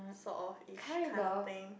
sort of ish kind of thing